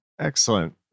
Excellent